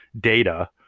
data